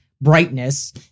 brightness